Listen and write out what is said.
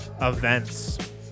events